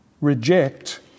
reject